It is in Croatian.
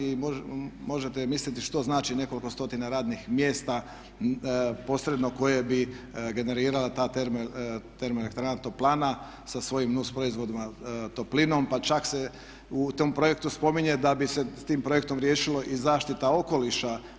I možete misliti što znači nekoliko stotina radnih mjesta posredno koje bi generirala ta termoelektrana toplana sa svojim nus proizvodima toplinom pa čak se u tome projektu spominje da bi se s tim projektom riješilo i zaštita okoliša.